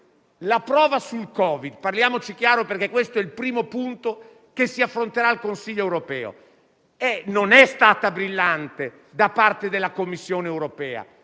La prova sul Covid - parliamoci chiaro, perché questo è il primo punto che si affronterà al Consiglio europeo - non è stata brillante da parte della Commissione europea.